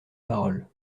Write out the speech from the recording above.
parole